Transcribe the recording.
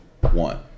one